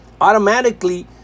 automatically